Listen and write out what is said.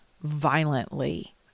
violently